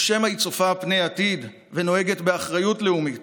או שמא היא צופה פני עתיד ונוהגת באחריות לאומית